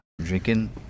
drinking